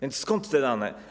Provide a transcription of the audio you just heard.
Więc skąd te dane?